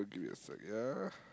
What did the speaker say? ya